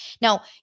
Now